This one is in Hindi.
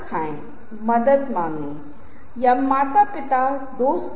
वे कम उज्ज्वल हैं कम मातहत हैं